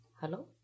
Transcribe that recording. hello